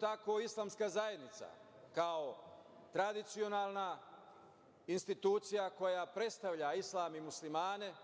tako Islamska zajednica kao tradicionalna institucija koja predstavlja islam i Muslimane